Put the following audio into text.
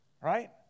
Right